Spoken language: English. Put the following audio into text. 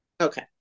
okay